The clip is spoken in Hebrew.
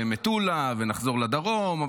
למטולה ונחזור לדרום.